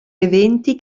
eventi